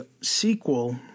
sequel